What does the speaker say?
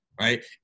right